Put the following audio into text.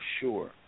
sure